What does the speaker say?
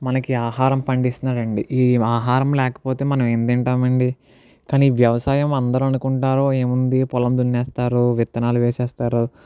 మనకి ఆహారం పండిస్తున్నాడండీ ఈ ఆహారం లేకపోతే మనం ఏం తింటామండీ కానీ వ్యవసాయం అందరనుకుంటారు ఏముంది పొలం దున్నేస్తారు విత్తనాలు వేసేస్తారు